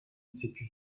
sekiz